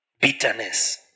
bitterness